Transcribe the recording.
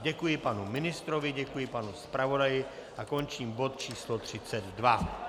Děkuji panu ministrovi, děkuji panu zpravodaji a končím bod číslo 32.